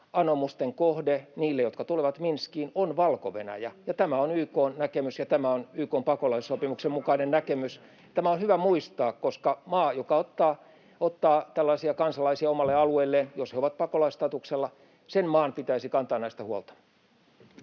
anomusten kohde niille, jotka tulevat Minskiin, on Valko-Venäjä. Tämä on YK:n näkemys ja tämä on YK:n pakolaissopimuksen mukainen näkemys. Tämä on hyvä muistaa, koska maan, joka ottaa tällaisia kansalaisia omalle alueelleen — jos he ovat pakolaisstatuksella — pitäisi kantaa heistä huolta.